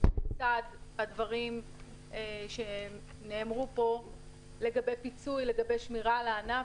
שלצד הדברים שנאמרו פה לגבי פיצוי ושמירה על הענף,